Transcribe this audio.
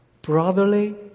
brotherly